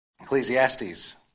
Ecclesiastes